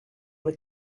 were